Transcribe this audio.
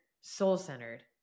soul-centered